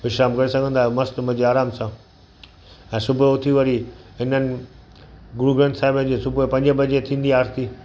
विश्राम करे सघंदा आहियो मस्तु मज़े आरामु सां ऐं सुबुह जो उथी वरी हिननि गुरु ग्रंथ साहिब जी सुबुहु पंजे बजे थींदी आहे आरिती